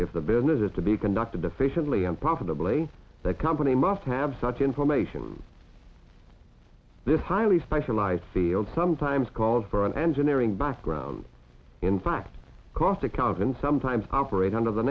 if the business is to be conducted efficiently and profitably the company must have such information this highly specialized field sometimes called for an engineering background in fact cost accounting and sometimes operate under the